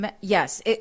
Yes